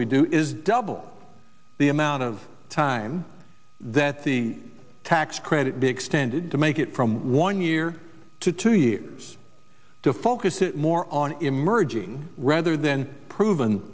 we do is double the amount of time that the tax credit be extended to make it from one year to two years to focus it more on emerging rather than proven